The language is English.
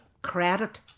Credit